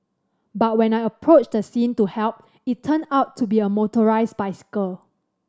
but when I approached the scene to help it turned out to be a motorised bicycle